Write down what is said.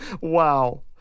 Wow